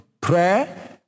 Prayer